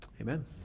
amen